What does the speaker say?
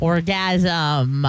Orgasm